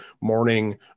morning